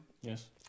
Yes